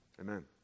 Amen